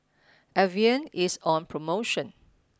Avene is on promotion